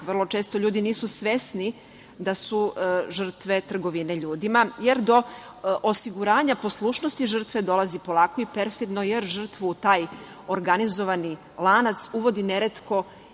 Vrlo često ljudi nisu svesni da su žrtve trgovine ljudima, jer do osiguranja poslušnosti žrtve dolazi polako i perfidno, jer žrtvu u taj organizovani lanac uvodi neretko i